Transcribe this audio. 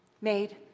made